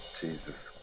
Jesus